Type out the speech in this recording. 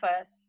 first